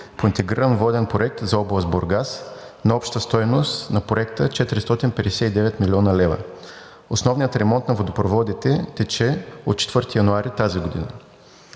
по Интегриран воден проект за област Бургас на обща стойност 459 млн. лв. Основният ремонт на водопроводите тече от 4 януари тази година.